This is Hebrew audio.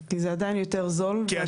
כי זה עדיין יותר זול -- יותר